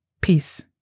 Peace